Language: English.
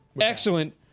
Excellent